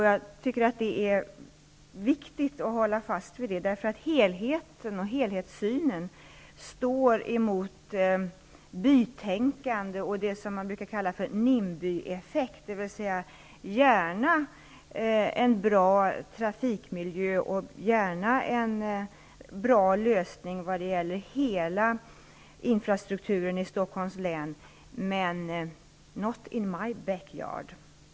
Jag tycker att det är väsentligt att hålla fast vid detta med helheten och helhetssynen, som ju står i motsats till bytänkandet och det som brukar kallas min by-effekten -- dvs. gärna en bra trafikmiljö och gärna en bra lösning vad gäller hela infrastrukturen i Stockholms län, men ''not in my backyard''.